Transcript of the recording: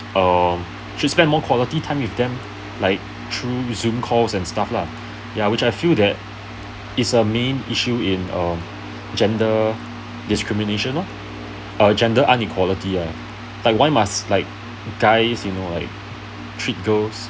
um should spend more quality time with them like through zoom call and stuffs lah ya which I feel that is a main issue in um gender discrimination lor err gender un equality ya like why must like guys you know like treat girls